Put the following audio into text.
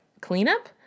cleanup